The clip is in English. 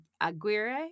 Aguirre